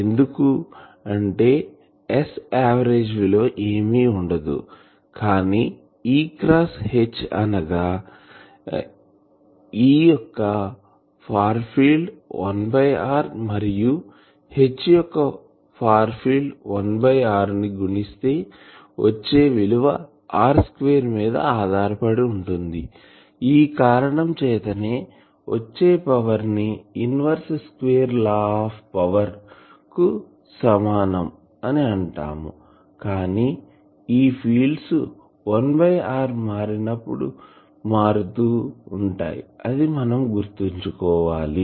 ఎందుకంటే S average విలువ ఏమి ఉండదు కానీ E క్రాస్ H అనగా E యొక్క ఫార్ ఫీల్డ్ 1 r మరియు H యొక్క ఫార్ ఫీల్డ్ 1 r ని గుణిస్తే వచ్చే విలువ r2 మీద ఆధారపడి ఉంటుంది ఈ కారణం చేత నే వచ్చే power inverse square law of power కు సమానం కానీ ఈ ఫీల్డ్స్ 1r మారినప్పుడు మారుతూ ఉంటాయి అది మనము గుర్తుంచుకోవాలి